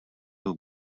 will